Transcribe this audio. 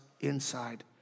inside